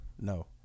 No